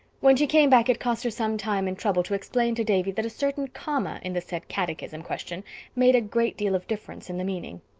when she came back it cost her some time and trouble to explain to davy that a certain comma in the said catechism question made a great deal of difference in the meaning.